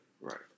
Right